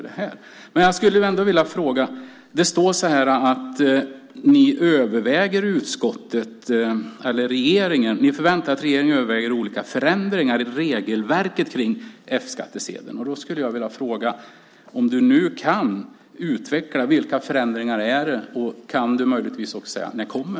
Det står att ni förväntar er att regeringen överväger olika förändringar i regelverket kring F-skattsedeln. Då skulle jag vilja fråga om du kan utveckla vilka förändringar det är. Kan du möjligtvis också säga när de kommer?